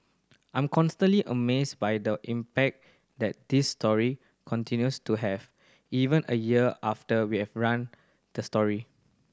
I'm constantly amazed by the impact that this story continues to have even a year after we have run the story